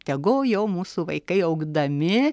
tegul jau mūsų vaikai augdami